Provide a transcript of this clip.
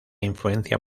influencia